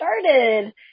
started